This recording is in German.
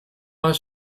aus